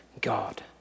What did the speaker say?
God